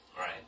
Right